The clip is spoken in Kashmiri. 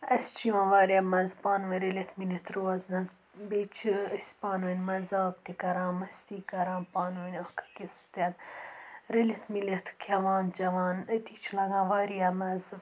اسہِ چھُ یِوان واریاہ مَزٕ پانہٕ وٲنۍ رٔلِتھ مِلِتھ رُوزنَس بیٚیہِ چھِ أسۍ پانہٕ وٲنۍ مَذاق تہِ کَران مٔستی کَران پانہٕ وٲنۍ اَکھ أکِس سۭتۍ رٔلِتھ مِلِتھ کھیٚوان چیٚوان أتی چھُ لَگان واریاہ مَزٕ